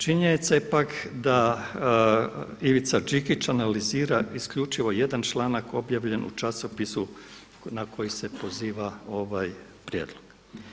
Činjenica je pak da Ivica Đikić analizira isključivo jedan članak objavljen u časopisu na koji se poziva ovaj prijedlog.